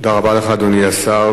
תודה רבה לך, אדוני השר.